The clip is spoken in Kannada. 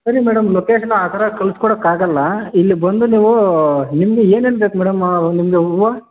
ಸರಿ ಮೇಡಮ್ ಲೊಕೇಶನ್ ಆ ಥರ ಕಳ್ಸಿಕೊಡಕ್ಕಾಗಲ್ಲ ಇಲ್ಲಿ ಬಂದು ನೀವು ನಿಮಗೆ ಏನೇನು ಬೇಕು ಮೇಡಮ್ ನಿಮಗೆ ಹೂವು